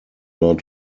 lot